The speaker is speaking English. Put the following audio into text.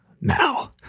now